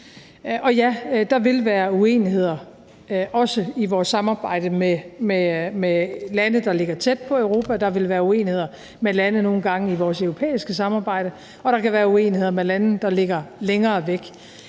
Og ja, der vil være uenigheder, også i vores samarbejde med lande, der ligger tæt på Europa, der vil nogle gange være uenigheder med lande i vores europæiske samarbejde, og der kan være uenigheder med lande, der ligger længere væk.